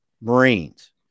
Marines